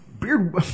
Beard